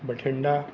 Bathinda